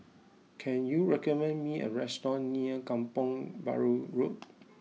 can you recommend me a restaurant near Kampong Bahru Road